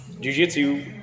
Jiu-Jitsu